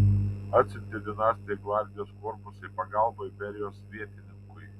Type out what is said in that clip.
atsiuntė dinastija gvardijos korpusą į pagalbą iberijos vietininkui